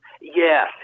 Yes